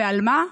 ועל מה?